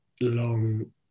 long